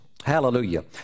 Hallelujah